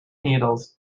needles